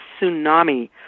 tsunami